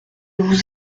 vous